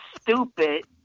stupid